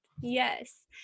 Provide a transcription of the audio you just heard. Yes